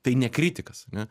tai ne kritikas ane